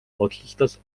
otsustas